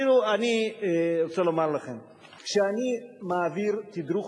תראו, אני רוצה לומר לכם: כשאני מעביר תדרוך